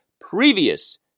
previous